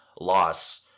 loss